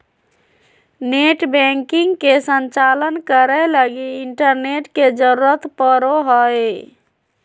net banking के संचालन करे लगी इंटरनेट के जरुरत पड़ो हइ